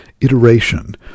Iteration